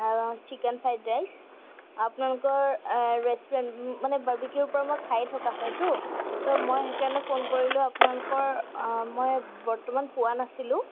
chicken fried rice আপোনালোকৰ restaurant মানে বাৰ্বিকিউৰ পৰা মই খাইয়ে থকা হয়তো ত' মই সেইকাৰণে ফোন কৰিলোঁ আপোনালোকৰ মই বৰ্তমান পোৱা নাছিলোঁ